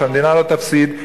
שהמדינה לא תפסיד,